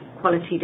quality